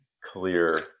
clear